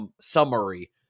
summary